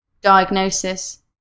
diagnosis